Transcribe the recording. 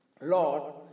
Lord